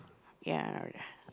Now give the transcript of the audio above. ya